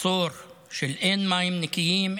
מצור של אין מים נקיים,